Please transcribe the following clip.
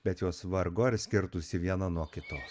bet jos vargu ar skirtųsi viena nuo kitos